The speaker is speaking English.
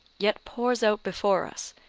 yet pours out before us,